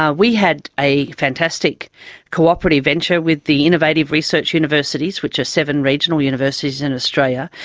ah we had a fantastic cooperative venture with the innovative research universities, which are seven regional universities in australia,